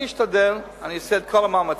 אני אשתדל, אני אעשה את כל המאמצים.